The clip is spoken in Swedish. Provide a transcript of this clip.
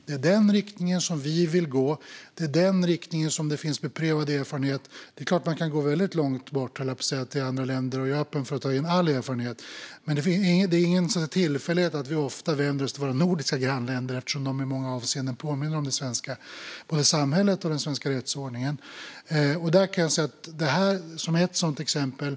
Det är i denna riktning vi vill gå, och här finns beprövad erfarenhet. Givetvis kan man gå till länder långt bort, och jag är öppen för att ta in all erfarenhet. Men det är ingen tillfällighet att vi ofta vänder oss till våra nordiska grannländer eftersom de i många avseenden påminner om Sverige vad gäller både samhället och rättsordningen. Det här är ett exempel.